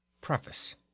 Preface